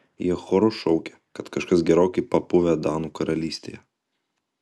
jie choru šaukia kad kažkas gerokai papuvę danų karalystėje